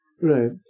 Right